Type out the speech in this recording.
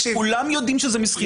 כולם יודעים שזה מסחיטה.